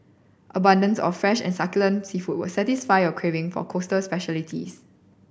abundance of fresh and succulent seafood will satisfy your craving for coastal specialities